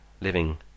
living